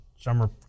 summer